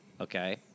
Okay